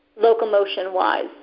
locomotion-wise